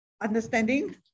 understanding